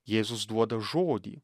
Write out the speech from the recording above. jėzus duoda žodį